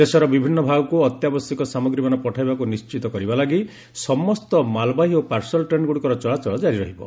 ଦେଶର ବିଭନ୍ନ ଭାଗକୁ ଅତ୍ୟାବଶ୍ୟକ ସାମଗ୍ରୀମାନ ପଠାଇବାକୁ ନିର୍ଣ୍ଣିତ କରିବାଲାଗି ସମସ୍ତ ମାଲ୍ବାହୀ ଓ ପାର୍ଶଲ୍ ଟ୍ରେନ୍ଗୁଡ଼ିକର ଚଳାଚଳ କାରି ରହିବ